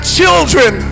children